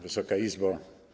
Wysoka Izbo!